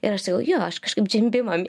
ir aš taip galvojau aš kažkaip džimbimą